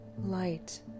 light